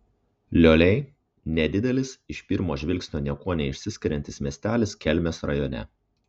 lioliai nedidelis iš pirmo žvilgsnio niekuo neišsiskiriantis miestelis kelmės rajone